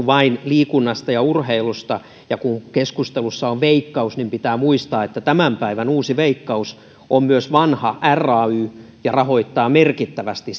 vain liikunnasta ja urheilusta ja kun keskustelussa on veikkaus niin pitää muistaa että tämän päivän uusi veikkaus on myös vanha ray ja rahoittaa merkittävästi